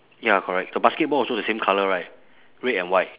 ya correct the basketball also the same colour right red and white